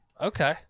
Okay